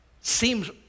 seems